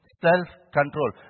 self-control